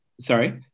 sorry